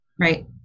Right